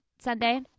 sunday